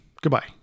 Goodbye